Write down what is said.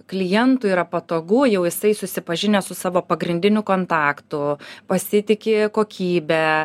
klientui yra patogu jau jisai susipažinęs su savo pagrindiniu kontaktu pasitiki kokybe